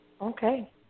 Okay